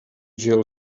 jill